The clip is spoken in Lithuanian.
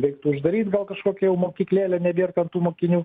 reiktų uždaryt gal kažkokią jau mokyklėlę nebėr ten tų mokinių